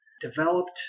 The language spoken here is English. developed